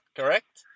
correct